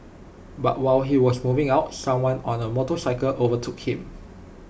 but while he was moving out someone on A motorcycle overtook him